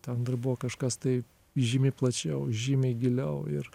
ten dar buvo kažkas tai žymiai plačiau žymiai giliau ir